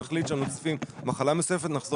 אם נחליט שמוסיפים מחלה נוספת נחזור.